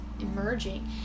Emerging